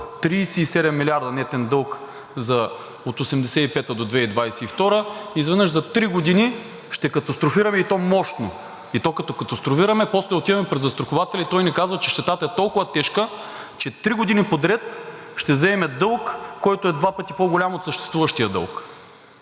37 милиарда нетен дълг от 1985 г. до 2022 г. – изведнъж за три години ще катастрофираме, и то мощно. Като катастрофираме, после отиваме при застрахователя и той ни казва, че щетата е толкова тежка, че три години подред ще вземаме дълг, който е два пъти по-голям от съществуващия дълг.